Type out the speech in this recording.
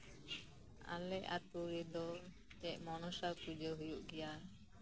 ᱟᱞᱮ ᱟᱹᱛᱩ ᱨᱮᱫᱚ ᱪᱮᱫ ᱢᱚᱱᱚᱥᱟ ᱯᱩᱡᱟᱹ ᱦᱩᱭᱩᱜ ᱜᱮᱭᱟ